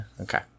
okay